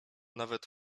nawet